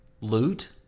Loot